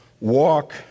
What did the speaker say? walk